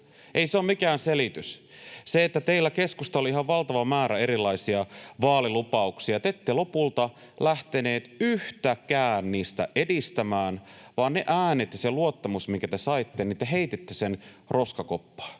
Ei se ole mikään selitys. Teillä, keskusta, oli valtava määrä erilaisia vaalilupauksia, mutta te ette lopulta lähteneet yhtäkään niistä edistämään. Ne äänet ja sen luottamuksen, minkä te saitte, te heititte roskakoppaan.